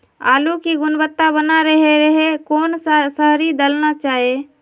आलू की गुनबता बना रहे रहे कौन सा शहरी दलना चाये?